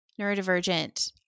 neurodivergent